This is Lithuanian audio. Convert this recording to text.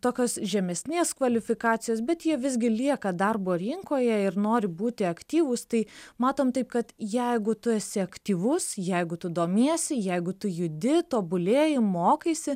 tokios žemesnės kvalifikacijos bet jie visgi lieka darbo rinkoje ir nori būti aktyvūs tai matom taip kad jeigu tu esi aktyvus jeigu tu domiesi jeigu tu judi tobulėji mokaisi